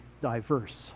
diverse